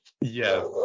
Yes